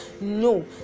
No